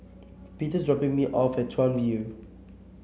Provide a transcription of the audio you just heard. Peter's dropping me off at Chuan View